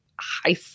high